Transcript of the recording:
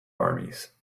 armies